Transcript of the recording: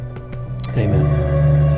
amen